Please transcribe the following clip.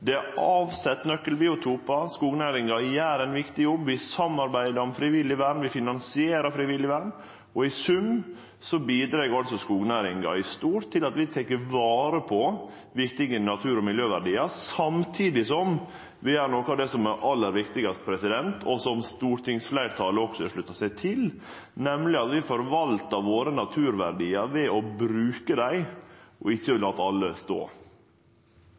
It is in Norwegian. Det er sett av nøkkelbiotopar. Skognæringa gjer ein viktig jobb. Vi samarbeider om frivillig vern. Vi finansierer frivillig vern. I sum bidreg altså skognæringa i stort til at vi tek vare på viktige natur- og miljøverdiar, samtidig som vi gjer noko av det som er aller viktigast, og som stortingsfleirtalet også har slutta seg til, nemleg forvaltar naturverdiane våre ved å bruke dei og ikkje la alle stå.